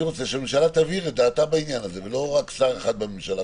אני רוצה שהממשלה תבהיר את עמדתה בעניין הזה ולא רק שר אחד בממשלה,